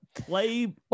play